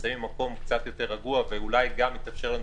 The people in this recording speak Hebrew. נמצאים במקום קצת יותר רגוע ואולי יתאפשר לנו